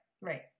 right